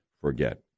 forget